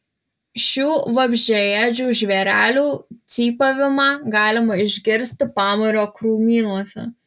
šių vabzdžiaėdžių žvėrelių cypavimą galima išgirsti pamario krūmynuose